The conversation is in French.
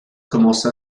commença